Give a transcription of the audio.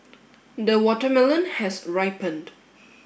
the watermelon has ripened